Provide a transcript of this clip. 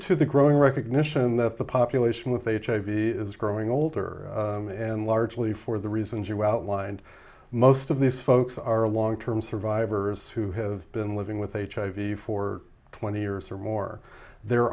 to the growing recognition that the population with hiv is growing older and largely for the reasons you outlined most of these folks are long term survivors who have been living with hiv for twenty years or more there